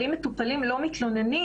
אם מטופלים לא מתלוננים,